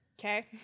Okay